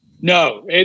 No